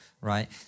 right